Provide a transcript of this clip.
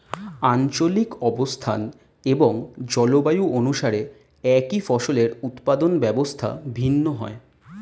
আঞ্চলিক অবস্থান এবং জলবায়ু অনুসারে একই ফসলের উৎপাদন ব্যবস্থা ভিন্ন হয়